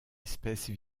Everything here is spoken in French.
espèce